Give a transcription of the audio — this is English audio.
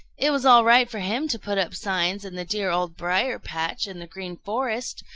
it was all right for him to put up signs in the dear old briar-patch and the green forest,